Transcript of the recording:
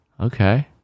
Okay